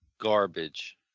Garbage